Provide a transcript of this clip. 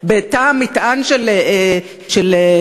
בתא המטען של מטוסים?